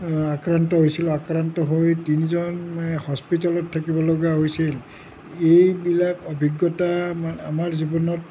আক্ৰান্ত হৈছিল আক্ৰান্ত হৈ তিনিজন হস্পিটেলত থাকিবলগীয়া হৈছিল এইবিলাক অভিজ্ঞতা আমা আামাৰ জীৱনত